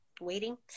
waiting